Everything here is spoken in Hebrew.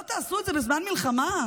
לא תעשו את זה בזמן מלחמה?